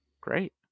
Great